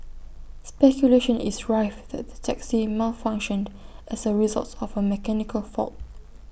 speculation is rife that the taxi malfunctioned as A results of A mechanical fault